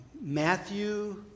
Matthew